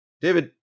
David